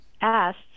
asked